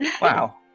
Wow